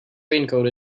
raincoat